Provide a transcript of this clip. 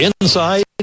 inside